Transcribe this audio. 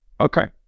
Okay